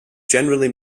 generally